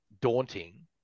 daunting